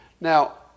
Now